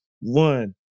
one